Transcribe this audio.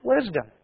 Wisdom